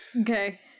okay